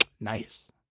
Nice